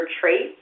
traits